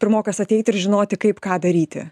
pirmokas ateiti ir žinoti kaip ką daryti